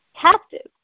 captive